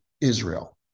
Israel